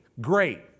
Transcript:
great